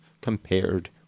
compared